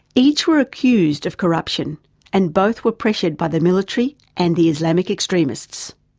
each were accused of corruption and both were pressured by the military and the islamic extremists.